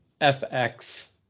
FX